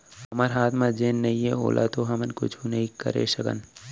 हमर हाथ म जेन नइये ओला तो हमन कुछु नइ करे सकन